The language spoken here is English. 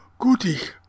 Gutich